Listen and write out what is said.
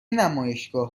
نمایشگاه